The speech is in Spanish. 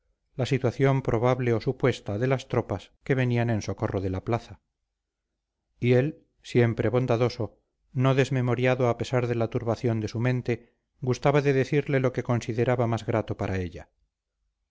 la situación probable o supuesta de las tropas que venían en socorro de la plaza y él siempre bondadoso no desmemoriado a pesar de la turbación de su mente gustaba de decirle lo que consideraba más grato para ella